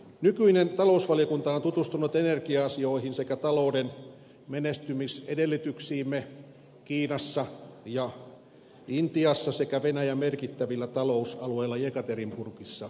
nykyinen talousvaliokunta on tutustunut energia asioihin sekä talouden menestymisedellytyksiimme kiinassa ja intiassa sekä venäjän merkittävillä talousalueilla jekaterinburgissa ja rostockissa